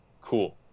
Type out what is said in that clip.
Cool